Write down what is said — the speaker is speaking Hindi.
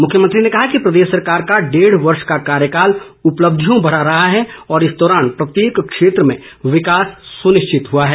मुख्यमंत्री ने कहा कि प्रदेश सरकार का डेढ वर्ष का कार्यकाल उपलब्धियों भरा रहा है और इस दौरान प्रत्येक क्षेत्र में विकास सुनिश्चित हुआ है